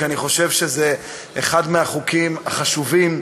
כי אני חושב שזה אחד החוקים החשובים,